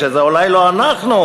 שזה אולי לא אנחנו?